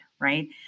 Right